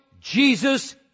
Jesus